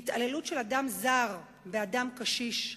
התעללות של אדם זר באדם קשיש,